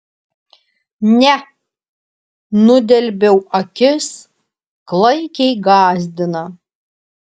ne nudelbiau akis klaikiai gąsdina